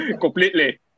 Completely